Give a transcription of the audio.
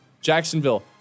Jacksonville